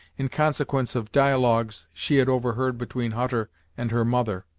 in consequence of dialogues she had overheard between hutter and her mother.